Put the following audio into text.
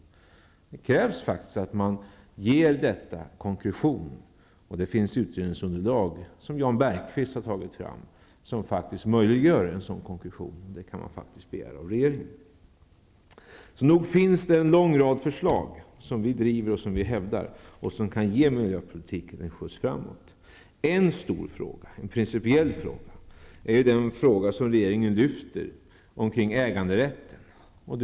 Det krävs att man ger detta konkretion. Det finns utredningsunderlag, som Jan Bergqvist tagit fram, som faktiskt möjliggör en sådan konkretion. Det kan man faktiskt begära av regeringen. Nog finns en lång rad förslag som vi driver och som kan ge miljöpolitiken en skjuts framåt. En stor, principiell fråga är den som regeringen lyfter fram, omkring äganderätten.